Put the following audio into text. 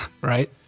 right